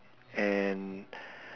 and